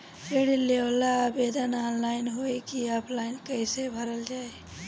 ऋण लेवेला आवेदन ऑनलाइन होई की ऑफलाइन कइसे भरल जाई?